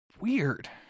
weird